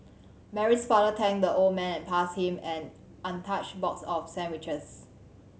Mary's father thanked the old man and passed him an untouched box of sandwiches